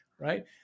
right